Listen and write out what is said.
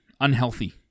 unhealthy